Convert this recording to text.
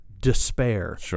despair